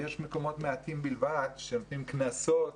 יש מקומות מעטים בלבד שנותנים קנסות.